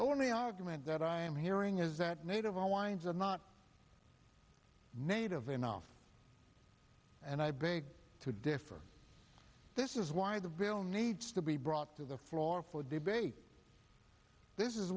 only argument that i am hearing is that native all wines are not native enough and i beg to differ this is why the veil needs to be brought to the floor for debate this is